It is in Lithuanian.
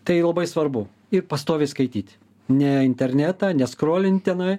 tai labai svarbu ir pastoviai skaityti ne internetą neskrolint tenai